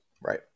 Right